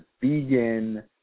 vegan